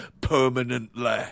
permanently